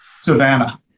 Savannah